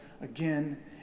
again